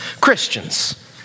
Christians